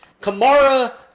Kamara